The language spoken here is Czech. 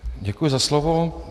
Děkuji za slovo.